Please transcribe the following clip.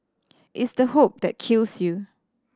it's the hope that kills you